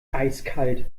eiskalt